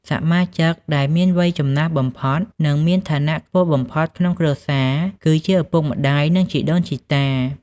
សមាជិកដែលមានវ័យចំណាស់បំផុត និងមានឋានៈខ្ពស់បំផុតក្នុងគ្រួសារ គឺ ឪពុកម្ដាយ និងជីដូនជីតា។